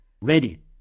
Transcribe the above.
ready